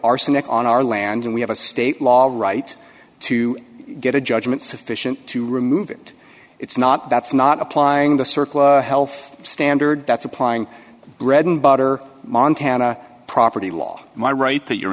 arsenic on our land and we have a state law a right to get a judgment sufficient to remove it it's not that's not applying the circle health standard that's applying bread and butter montana property law my right to your